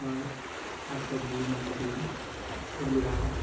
আবার শাক সবজি মিষ্টি এগুলো রাখা